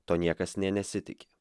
to niekas nė nesitiki